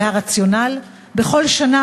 וזאת רק משום שבני הערבה,